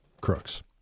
crooks